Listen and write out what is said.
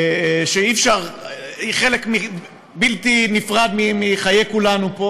שהיא חלק בלתי נפרד מחיי כולנו פה